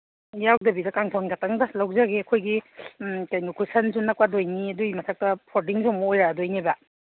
ꯌꯥꯎꯗꯕꯤꯗ ꯀꯥꯡꯊꯣꯟ ꯈꯛꯇꯪꯗ ꯂꯧꯖꯒꯦ ꯑꯩꯈꯣꯏꯒꯤ ꯀꯩꯅꯣ ꯀꯨꯁꯟꯁꯨ ꯅꯞꯀꯗꯣꯏꯅꯤ ꯑꯗꯨꯒꯤ ꯃꯊꯛꯇ ꯐꯣꯜꯗꯤꯡꯁꯨ ꯑꯃꯨꯛ ꯑꯣꯏꯔꯛꯑꯗꯣꯏꯅꯤꯕ